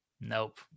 nope